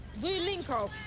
we'll link up.